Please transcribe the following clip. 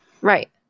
right